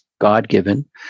God-given